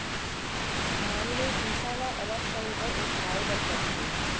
धान ले भूसा ल अलग करे बर ओसाए बर परथे